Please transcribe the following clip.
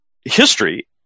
history